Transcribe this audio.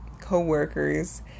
co-workers